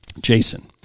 Jason